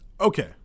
Okay